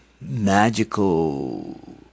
magical